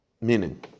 Meaning